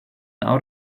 out